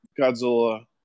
Godzilla